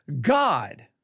God